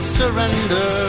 surrender